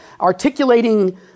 articulating